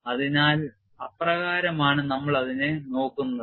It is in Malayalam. അതിനാൽ അപ്രകാരമാണ് നമ്മൾ അതിനെ നോക്കുന്നതു